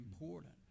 important